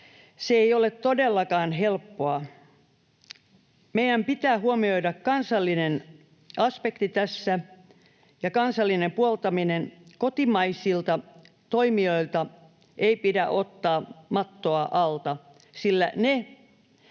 se ei ole todellakaan helppoa. Meidän pitää huomioida kansallinen aspekti tässä ja kansallinen puoltaminen. Kotimaisilta toimijoilta ei pidä ottaa mattoa alta, sillä ne